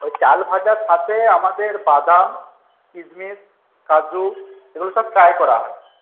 ওই চাল ভাজার সাথে আমাদের বাদাম কিশমিশ কাজু এগুলো সব ফ্রাই করা হয়